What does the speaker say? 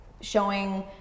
showing